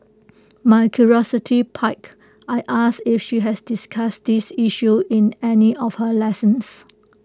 my curiosity piqued I asked if she had discussed this issue in any of her lessons